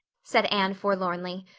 said anne forlornly.